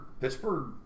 Pittsburgh